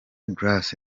grace